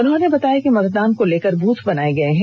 उन्होंने बताया कि मतदान को लेकर बूथ बनाये गये हैं